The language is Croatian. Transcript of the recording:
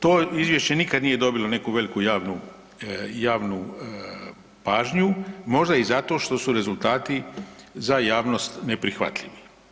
To izvješće nikad nije dobilo neku veliku javnu pažnju, možda i zato što su rezultati za javnost neprihvatljivi.